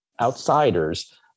outsiders